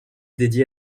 dédiée